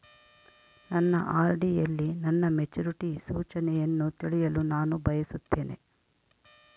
ನನ್ನ ಆರ್.ಡಿ ಯಲ್ಲಿ ನನ್ನ ಮೆಚುರಿಟಿ ಸೂಚನೆಯನ್ನು ತಿಳಿಯಲು ನಾನು ಬಯಸುತ್ತೇನೆ